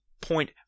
point